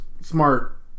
smart